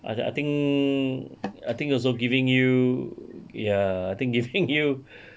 I I think I think also giving you ya think giving you